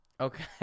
Okay